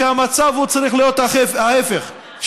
והמצב צריך להיות ההפך,